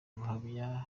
buhamya